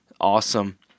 awesome